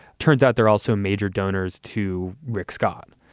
turns out they're also major donors to rick scott.